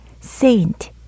saint